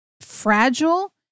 fragile